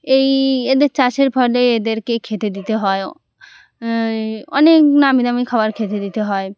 এই এদের চাষের ফলে এদেরকে খেতে দিতে হয় অনেক নামিদামি খাবার খেতে দিতে হয়